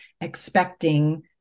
expecting